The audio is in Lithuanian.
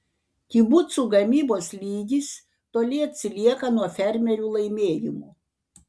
kibucų gamybos lygis toli atsilieka nuo fermerių laimėjimų